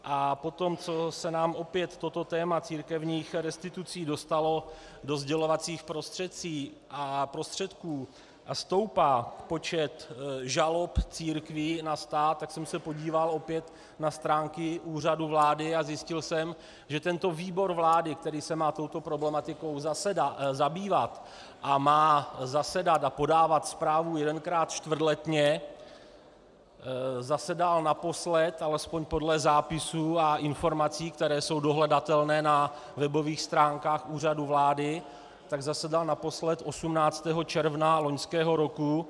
A potom, co se nám opět toto téma církevních restitucí dostalo do sdělovacích prostředků a stoupá počet žalob církví na stát, tak jsem se podíval opět na stránky Úřadu vlády a zjistil jsem, že tento výbor vlády, který se má touto problematikou zabývat a má zasedat a podávat zprávu jednou čtvrtletně, zasedal naposled alespoň podle zápisů a informací, které jsou dohledatelné na webových stránkách Úřadu vlády zasedal naposled 18. června loňského roku.